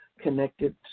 connected